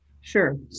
Sure